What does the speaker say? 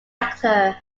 actor